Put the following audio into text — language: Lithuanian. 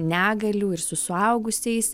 negalių ir su suaugusiais